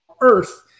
earth